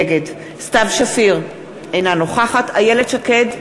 נגד סתיו שפיר, אינה נוכחת איילת שקד,